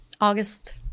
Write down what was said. August